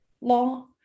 law